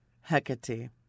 Hecate